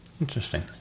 Interesting